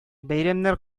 бәйрәмнәр